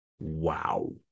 wow